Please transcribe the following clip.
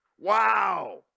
Wow